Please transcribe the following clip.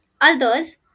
Others